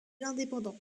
indépendant